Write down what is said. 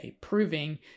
proving